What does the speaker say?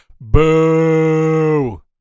Boo